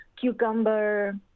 cucumber